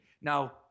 Now